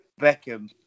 Beckham